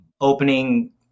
Opening